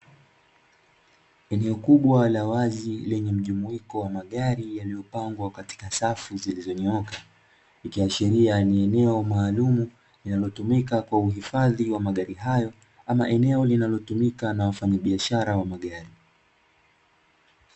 Eneo kubwa la wazi lenye mujumuiko ya magari yaliyo pangwa katika safu zilizo nyooka, ikiashiria ni eneo maalumu linalotumika kwa hifadhi ya magari hayo ama eneo linalo tumikana na wafanyabiashara wa magari.